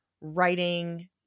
writing